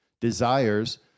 desires